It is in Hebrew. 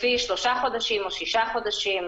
לפי שלושה חודשים או שישה חודשים,